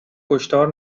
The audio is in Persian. کشتار